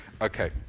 Okay